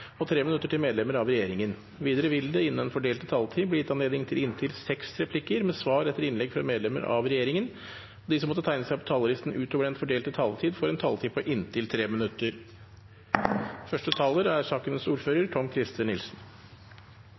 og 5 minutter til medlemmer av regjeringen. Videre vil det – innenfor den fordelte taletid – bli gitt anledning til inntil seks replikker med svar etter innlegg fra medlemmer av regjeringen, og de som måtte tegne seg på talerlisten utover den fordelte taletid, får en taletid på inntil 3 minutter.